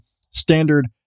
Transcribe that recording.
standard